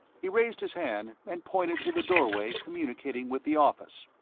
he raised his hand and pointed to the doorway communicating with the office.